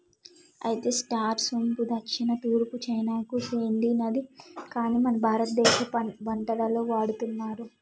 అయితే స్టార్ సోంపు దక్షిణ తూర్పు చైనాకు సెందినది కాని మన భారతదేశ వంటలలో వాడుతున్నారు